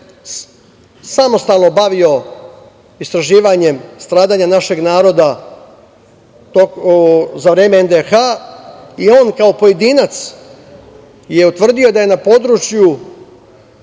samostalno bavio istraživanjem stradanja našeg naroda za vreme NDH i on kao pojedinac je utvrdio da je na području